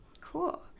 cool